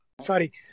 Sorry